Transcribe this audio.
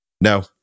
no